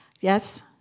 Yes